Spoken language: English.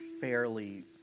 fairly